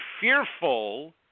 fearful